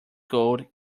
code